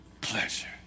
pleasure